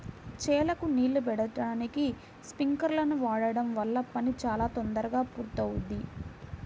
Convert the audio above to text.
చేలకు నీళ్ళు బెట్టడానికి స్పింకర్లను వాడడం వల్ల పని చాలా తొందరగా పూర్తవుద్ది